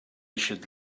should